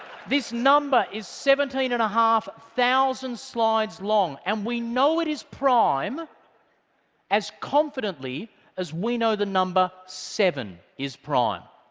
this number is seventeen and a half thousand slides long, and we know it is prime as confidently as we know the number seven is prime.